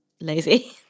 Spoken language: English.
lazy